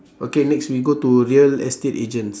okay next we go to real estate agents